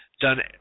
done